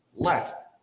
left